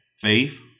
faith